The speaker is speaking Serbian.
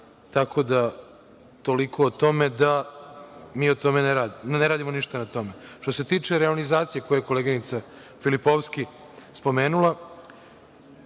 dana. Toliko o tome da mi ne radimo ništa na tome. Što se tiče rejonizacije koju je koleginica Filipovski spomenula,